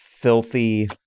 Filthy